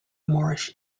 moorish